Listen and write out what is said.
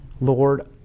Lord